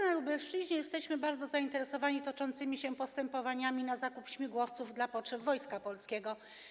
Na Lubelszczyźnie wszyscy jesteśmy bardzo zainteresowani toczącymi się postępowaniami w sprawie zakupu śmigłowców dla potrzeb Wojska Polskiego.